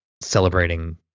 celebrating